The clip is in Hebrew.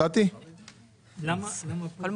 יש לנו הוראות